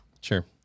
Sure